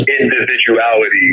individuality